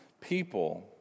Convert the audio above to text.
people